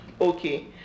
okay